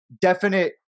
definite